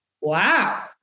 wow